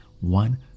one